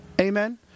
Amen